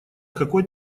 какой